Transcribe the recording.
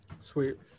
Sweet